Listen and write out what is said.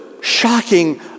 shocking